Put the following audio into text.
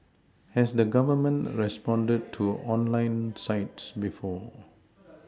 has the Government responded to online sites before